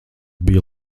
bija